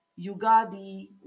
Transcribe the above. Yugadi